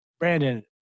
Brandon